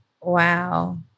wow